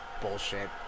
bullshit